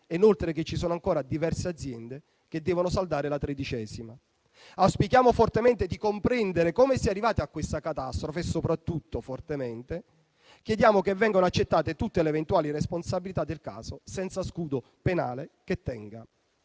e inoltre che ci sono ancora diverse aziende che devono saldare la tredicesima. Auspichiamo fortemente di comprendere come si sia arrivati a questa catastrofe e soprattutto fortemente chiediamo che vengano accettate tutte le eventuali responsabilità del caso, senza scudo penale che tenga,